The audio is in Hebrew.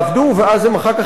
ואז הם אחר כך יתאיידו,